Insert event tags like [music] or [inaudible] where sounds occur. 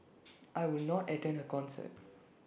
[noise] I would not attend her concert